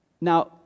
Now